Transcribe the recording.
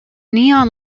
neon